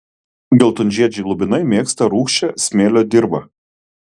geltonžiedžiai lubinai mėgsta rūgščią smėlio dirvą